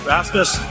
Rasmus